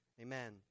Amen